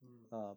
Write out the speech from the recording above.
mm